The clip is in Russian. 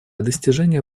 достижения